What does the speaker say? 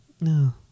No